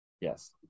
Yes